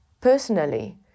personally